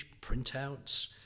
printouts